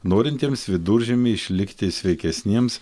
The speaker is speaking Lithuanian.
norintiems viduržiemy išlikti sveikesniems